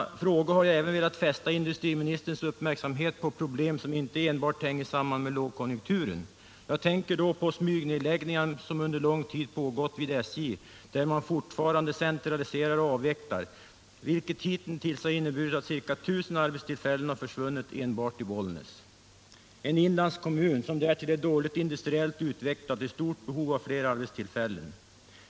I min fråga har jag även velat fästa industriministerns uppmärksamhet på problem som inte enbart hänger samman med lågkonjunkturen. Jag tänker då på smygnedläggningarna som under lång tid pågått vid SJ, där man fortfarande centraliserar och avvecklar, vilket hittills inneburit att ca 1000 arbetstillfällen försvunnit enbart i Bollnäs, en inlandskommun som därtill är dåligt industriellt utvecklad och i stort behov av flera arbetstillfällen.